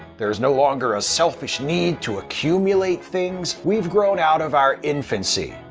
there's no longer a selfish need to accumulate things. we've grown out of our infancy.